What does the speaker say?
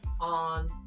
on